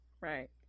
right